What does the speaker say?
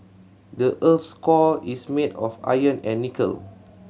the earth core is made of iron and nickel